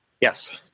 Yes